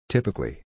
Typically